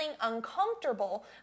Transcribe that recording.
uncomfortable